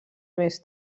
més